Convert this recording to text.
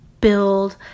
build